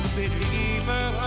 believer